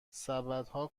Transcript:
سبدها